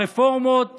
ברפורמות